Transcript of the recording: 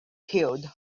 killed